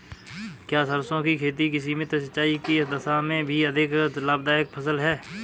क्या सरसों की खेती सीमित सिंचाई की दशा में भी अधिक लाभदायक फसल है?